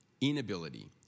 inability